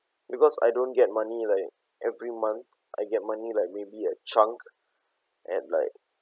because I don't get money like every month I get money like maybe a chunk and like